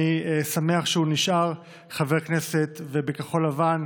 אני שמח שהוא נשאר חבר כנסת בכחול לבן,